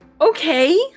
okay